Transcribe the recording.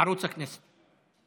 ערוץ הכנסת.